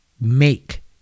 make